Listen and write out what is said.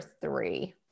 three